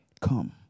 Come